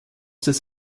des